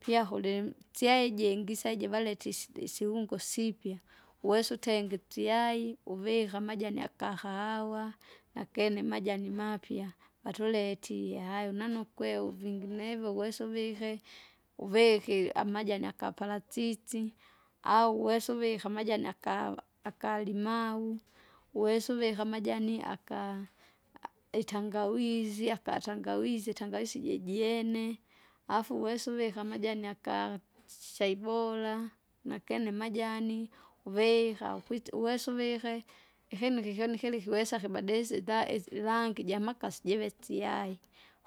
Pyakulimu, syai ijingi isaje valete isi- isiungo sipya, wesa utenge itsyai, uvika amajani akahawa, nakene majani mapya, vatuletie haya unanu ukweu vinginevyo uwesa uvihe, uvikili amajani akapalatsisi, au uese uvike amajani akawa- akalimau, uwesa uvike amajani aka- itangawizi akatangawizi itangwisi jijene. Afu uwese uvike amajani tschai bora, nakene majani, uvika ukwitse uwese uvike, ihinu kikyoni kila kiwesa kibadilise ida- isirangi jamakasi jive tschai.